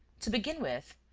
to begin with,